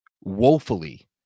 woefully